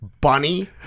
bunny